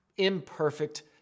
imperfect